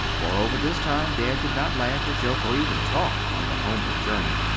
moreover, this time dad did not laugh, or joke, or even talk on the homeward journey.